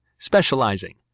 Specializing